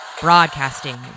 Broadcasting